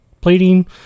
plating